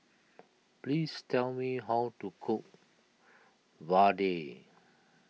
please tell me how to cook Vadai